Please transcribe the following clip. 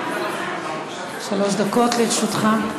שלוש דקות לרשותך.